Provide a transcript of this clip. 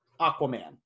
Aquaman